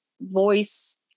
voice